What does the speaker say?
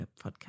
podcast